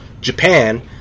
Japan